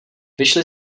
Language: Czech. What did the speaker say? vyšli